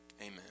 Amen